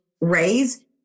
raise